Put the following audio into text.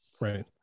right